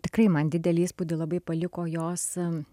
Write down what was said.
tikrai man didelį įspūdį labai paliko jos